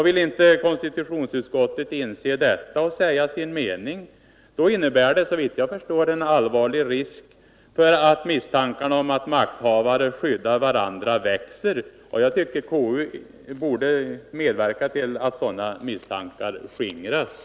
Vill inte konstitutionsutskottet inse detta och säga sin mening innebär det, såvitt jag förstår, en allvarlig risk för att misstankarna om att makthavarna skyddar varandra växer. Jag tycker att KU borde medverka till att sådana misstankar skingras.